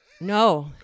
No